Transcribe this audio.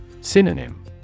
Synonym